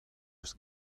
eus